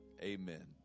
Amen